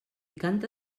canta